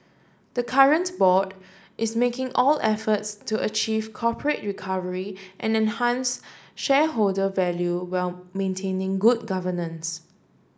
the current board is making all efforts to achieve corporate recovery and enhance shareholder value while maintaining good governance